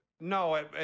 No